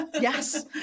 Yes